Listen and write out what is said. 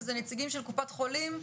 יהיו נציגים של קופות החולים,